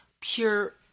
pure